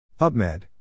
PubMed